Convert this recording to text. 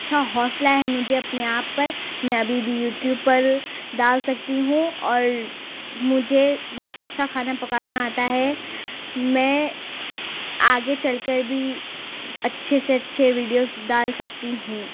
اچھا حوصلہ ہے مجھے اپنے آپ پر میں ابھی بھی یوٹیوب پر ڈال سکتی ہوں اور مجھے بہت اچھا کھانا پکانا آتا ہے میں آگے چل کر بھی اچھے سے اچھے ویڈیوس ڈال سکتی ہوں